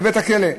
בבית-הכלא.